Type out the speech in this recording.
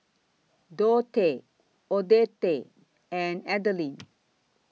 Dottie Odette and Adelyn